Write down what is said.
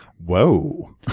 Whoa